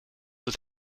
het